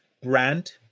brand